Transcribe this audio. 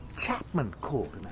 chapman called